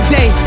Day